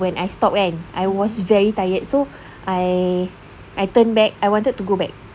when I stopped kan I was very tired so I I turned back I wanted to go back